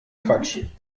quatsch